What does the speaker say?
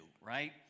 right